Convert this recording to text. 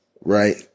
Right